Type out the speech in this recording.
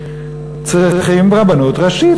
צריכים רבנות ראשית,